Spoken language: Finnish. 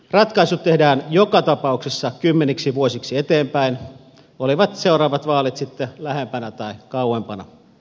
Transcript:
ratkaisut tehdään joka tapauksessa kymmeniksi vuosiksi eteenpäin olivat seuraavat vaalit sitten lähempänä tai kauempana